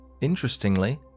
Interestingly